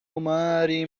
ماري